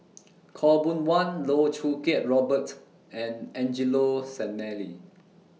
Khaw Boon Wan Loh Choo Kiat Robert and Angelo Sanelli